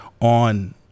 on